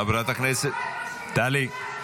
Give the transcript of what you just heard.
חברת הכנסת, טלי.